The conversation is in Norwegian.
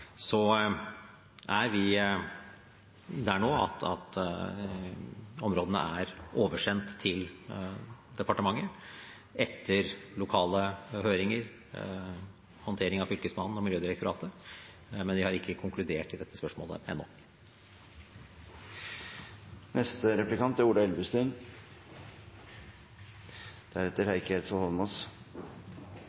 er vi nå der at områdene er oversendt til departementet etter lokale høringer og håndtering av Fylkesmannen og Miljødirektoratet, men vi har ikke konkludert i dette spørsmålet ennå. Det er viktig å ha lokal medvirkning, at man er